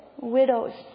widows